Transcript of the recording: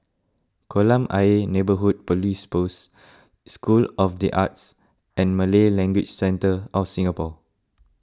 Kolam Ayer Neighbourhood Police Post School of the Arts and Malay Language Centre of Singapore